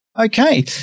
Okay